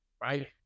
right